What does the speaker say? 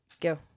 Go